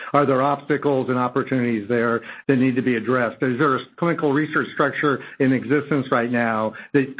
are there obstacles and opportunities there that need to be addressed? is there a clinical research structure in existence right now that